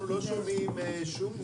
אנחנו לא שומעים שום נימוק.